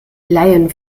laien